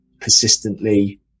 persistently